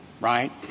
right